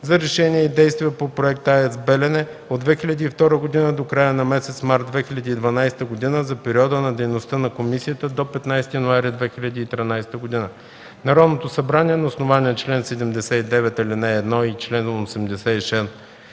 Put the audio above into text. за решения и действия по проекта АЕЦ „Белене” от 2002 г. до края на месец март 2012 г. за периода на дейност на комисията до 15 януари 2013 г. Народното събрание на основание чл. 79, ал. 1 и чл. 86 от